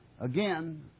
Again